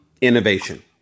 innovation